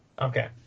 Okay